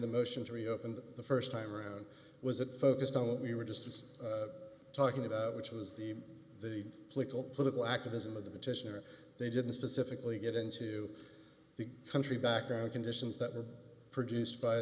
the motion to reopen the first time around was it focused on what we were just talking about which was the political political activism of the petition or they didn't specifically get into the country background conditions that were produced by